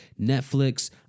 Netflix